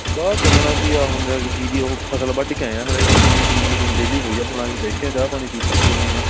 ਬਾ ਚੱਲਣਾ ਕੀ ਆ ਹੁਣ ਜਾ ਕੇ ਜੀਰੀ ਆ ਉਹ ਫ਼ਸਲ ਵੱਢ ਕੇ ਆਇਆ ਹਲੇ ਤਾਂ ਮਸ਼ੀਨ ਮਸ਼ੂਨ ਵਿਹਲੀ ਹੋਈ ਆ ਹੁਣ ਅਸੀਂ ਬੈਠੇ ਹਾਂ ਚਾਹ ਪਾਣੀ ਪੀ ਪੀ ਰਹੇ ਹਾਂ